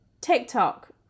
tiktok